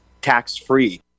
tax-free